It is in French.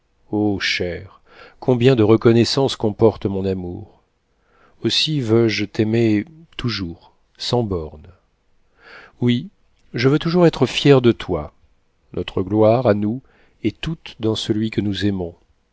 cher combien de reconnaissance comporte mon amour aussi veux-je t'aimer toujours sans bornes oui je veux toujours être fière de toi notre gloire à nous est toute dans celui que nous aimons